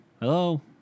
Hello